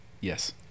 Yes